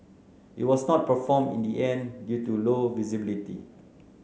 it was not performed in the end due to low visibility